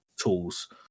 tools